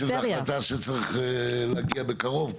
זאת החלטה שצריך להגיע אליה בקרוב.